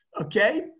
okay